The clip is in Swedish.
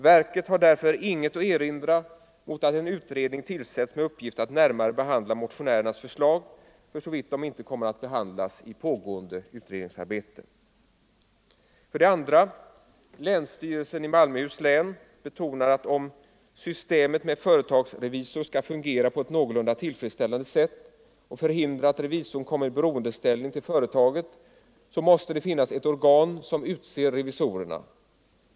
Verket har därför inget att erinra mot att en utredning tillsätts med uppgift att närmare behandla motionärernas förslag för så vitt de inte kommer att behandlas i pågående utredningsarbete. 2. Länsstyrelsen i Malmöhus län betonar att om systemet med företagsrevisor skall fungera på ett någorlunda tillfredsställande sätt och förhindra att revisorn kommer i beroendeställning gentemot företaget måste det finnas ett organ som utser revisorerna.